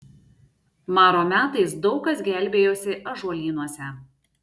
maro metais daug kas gelbėjosi ąžuolynuose